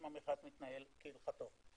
אם המכרז מתנהל כהלכתו.